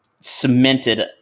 cemented